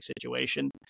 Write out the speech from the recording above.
situation